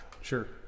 Sure